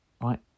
Right